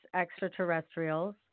extraterrestrials